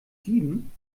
sieben